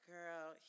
Girl